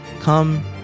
Come